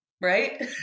right